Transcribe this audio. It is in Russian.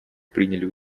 приняли